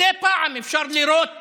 מדי פעם אפשר לירות